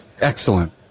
Excellent